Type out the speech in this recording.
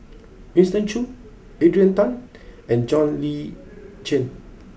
Winston Choos Adrian Tan and John Le Cain